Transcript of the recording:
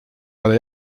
ale